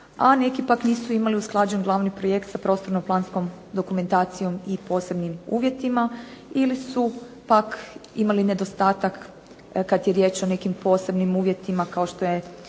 a neki pak nisu imali usklađen glavni projekt sa prostorno planskom dokumentacijom i posebnim uvjetima ili su pak imali nedostatak kad je riječ o nekim posebnim uvjetima kao što je